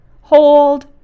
hold